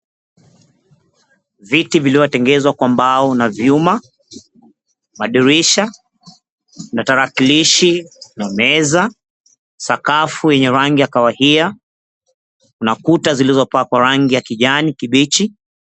Viti vlivyotengenezwa kwa mbao na vyuma, madirisha na tarakilishi na meza, sakafu yenye rangi ya kahawia na kuta zilizopakwa rangi ya kijani kibichi.